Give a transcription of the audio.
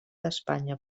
d’espanya